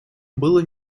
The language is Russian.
было